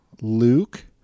Luke